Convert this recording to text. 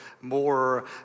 more